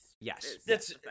Yes